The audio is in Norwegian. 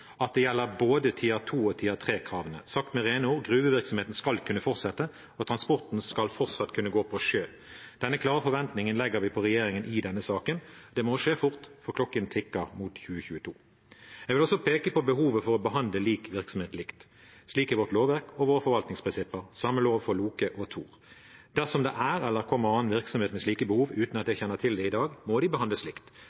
at det gjelder både Tier II- og Tier III-kravene. Sagt med rene ord: Gruvevirksomheten skal kunne fortsette, og transporten skal fortsatt kunne gå på sjø. Denne klare forventningen legger vi på regjeringen i denne saken. Det må skje fort, for klokken tikker mot 2022. Jeg vil også peke på behovet for å behandle lik virksomhet likt. Slik er vårt lovverk og våre forvaltningsprinsipper – samme lov for Loke og Tor. Dersom det er eller kommer annen virksomhet med slike behov, uten at